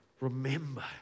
Remember